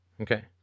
Okay